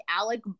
Alec